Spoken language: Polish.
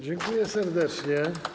Dziękuję serdecznie.